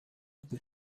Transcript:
بود